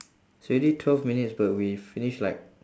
it's already twelve minutes but we finish like